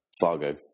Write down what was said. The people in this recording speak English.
Fargo